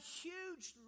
huge